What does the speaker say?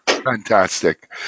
Fantastic